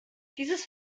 dieses